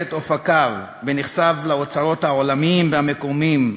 את אופקיו ונחשף לאוצרות העולמיים והמקומיים,